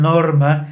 Norma